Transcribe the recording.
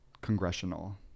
congressional